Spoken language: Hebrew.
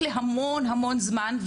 לוקח המון-המון זמן,